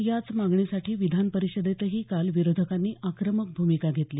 याच मागणीसाठी विधानपरिषदेतही काल विरोधकांनी आक्रमक भूमिका घेतली